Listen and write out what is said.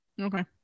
okay